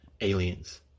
Aliens